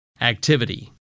activity